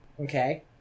Okay